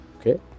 Okay